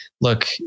look